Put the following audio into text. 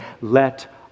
let